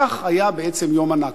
כך היה בעצם יום הנכבה.